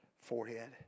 forehead